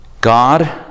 God